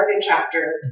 chapter